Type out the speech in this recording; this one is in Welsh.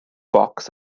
bocs